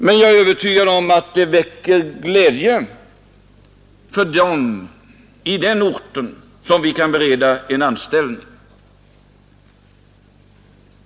Men jag är övertygad om att det väcker glädje hos dem i den orten, som vi kan bereda en anställning.